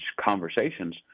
conversations